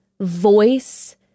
voice